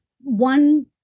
one